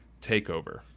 TAKEOVER